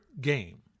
game